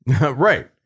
Right